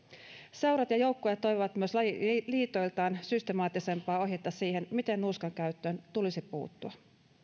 seurat ja joukkueet toivoivat myös lajiliitoiltaan systemaattisempaa ohjetta siihen miten nuuskan käyttöön tulisi puuttua